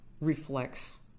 reflects